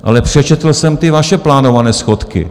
Ale přečetl jsem ty vaše plánované schodky.